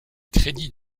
crédit